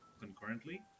concurrently